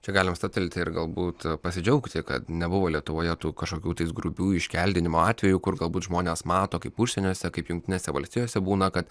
čia galima stabtelti ir galbūt pasidžiaugti kad nebuvo lietuvoje tų kažkokių tais grubių iškeldinimo atvejų kur galbūt žmonės mato kaip užsieniuose kaip jungtinėse valstijose būna kad